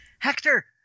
Hector